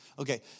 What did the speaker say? Okay